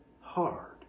hard